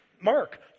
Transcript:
Mark